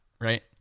right